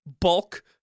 bulk